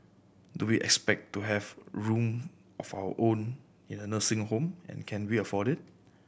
do we expect to have room of our own in a nursing home and can we afford it